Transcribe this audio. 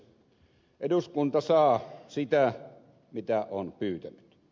eduskunta saa sitä mitä on pyytänyt